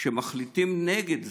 כשמחליטים נגד זה,